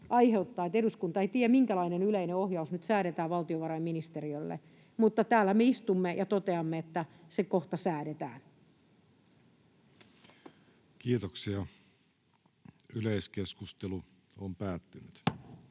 aiheuttaa, että eduskunta ei tiedä, minkälainen yleinen ohjaus nyt säädetään valtiovarainministeriölle, mutta täällä me istumme ja toteamme, että se kohta säädetään. Ensimmäiseen käsittelyyn